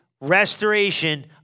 restoration